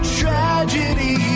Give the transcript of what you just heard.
tragedy